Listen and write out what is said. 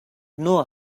know